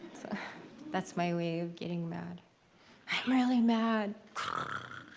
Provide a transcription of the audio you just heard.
that's my way of getting mad. i'm really mad. ah